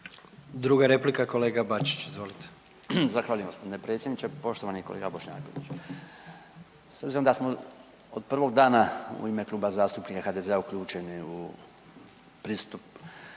Druga replika, kolega Bačić. Izvolite. **Bačić, Branko (HDZ)** Zahvaljujem gospodine predsjedniče. Poštovani kolega Bošnjaković, s obzirom da smo od prvog dana u ime Kluba zastupnika HDZ-a uključeni u pristup